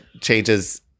changes